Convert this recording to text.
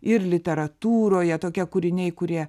ir literatūroje tokie kūriniai kurie